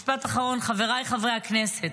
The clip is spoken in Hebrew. משפט אחרון: חבריי חברי הכנסת,